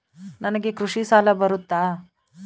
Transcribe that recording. ನನಗೆ ಕೃಷಿ ಸಾಲ ಬರುತ್ತಾ?